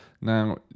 Now